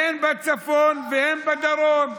הן בצפון והן בדרום?